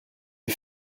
est